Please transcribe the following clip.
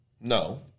no